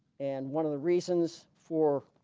and one of the reasons for